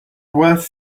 was